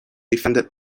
defended